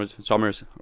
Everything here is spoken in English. Summers